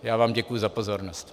Já vám děkuji za pozornost.